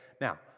Now